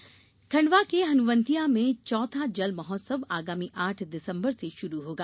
जल महोत्सव खंडवा के हनुवंतिया में चौथा जल महोत्सव आगामी आठ दिसम्बर से शुरू होगा